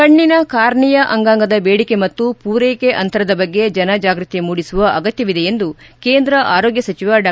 ಕಣ್ಣಿನ ಕಾರ್ನಿಯ ಅಂಗಾಂಗದ ಬೇಡಿಕೆ ಮತ್ತು ಪೂರ್ತೆಕೆ ಅಂತರದ ಬಗ್ಗೆ ಜನ ಜಾಗ್ವತಿ ಮೂದಿಸುವ ಅಗತ್ಯವಿದೆ ಎಂದು ಕೇಂದ್ರ ಆರೋಗ್ಯ ಸಚಿವ ಡಾ